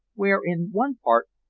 where, in one part,